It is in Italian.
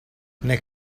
nel